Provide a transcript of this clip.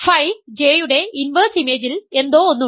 phi J യുടെ inverse ഇമേജിൽ എന്തോ ഒന്ന് ഉണ്ട്